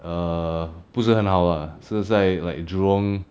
err 不是很好啦是在 like jurong